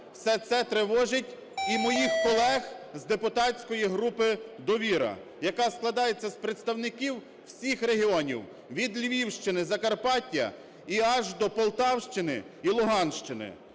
Все це тривожить і моїх колег з депутатської групи "Довіра", яка складається з представників всіх регіонів: від Львівщини, Закарпаття і аж до Полтавщини і Луганщини.